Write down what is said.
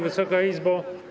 Wysoka Izbo!